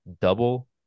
double